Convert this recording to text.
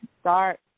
start